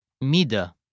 Mida